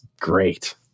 great